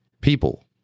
People